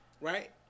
right